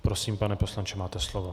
Prosím, pane poslanče, máte slovo.